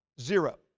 Zero